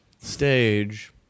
stage